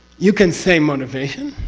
you can say motivation.